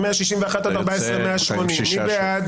14,021 עד 14,040, מי בעד?